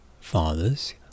fathers